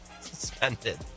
suspended